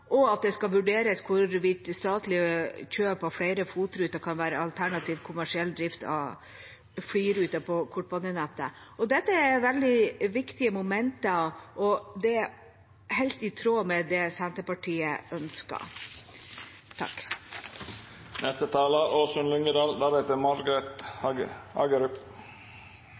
og at det skal vurderes hvorvidt statlige kjøp av flere FOT-ruter kan være alternativ til kommersiell drift av flyruter på kortbanenettet. Dette er veldig viktige momenter, og det er helt i tråd med det Senterpartiet ønsker.